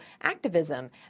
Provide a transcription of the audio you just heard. activism